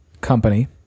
company